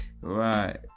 right